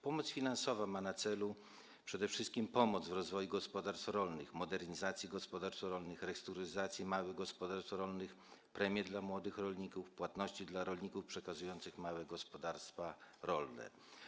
Pomoc finansowa ma na celu przede wszystkim pomoc w rozwoju gospodarstw rolnych, modernizacji gospodarstw rolnych, restrukturyzacji małych gospodarstw rolnych, przeznaczanie premii dla młodych rolników, płatności dla rolników przekazujących małe gospodarstwa rolne.